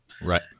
Right